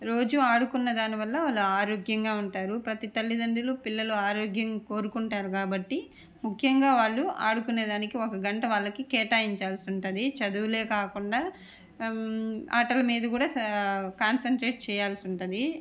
రోజు ఆడుకున్న దానివల్ల వాళ్ళు ఆరోగ్యంగా ఉంటారు ప్రతి తల్లిదండ్రులు పిల్లలు ఆరోగ్యం కోరుకుంటారు కాబట్టి ముఖ్యంగా వాళ్ళు ఆడుకునే దానికి ఒక గంట వాళ్ళకి కేటాయించాల్సి ఉంటుంది చదువులే కాకుండా ఆటలు మీద కూడా కాన్సన్ట్రేట్ చేయాల్సి ఉంటుంది